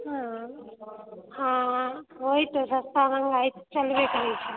हँ वही तो सस्ता महगा तऽ चलबे करै छै